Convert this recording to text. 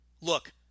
Look